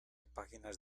páginas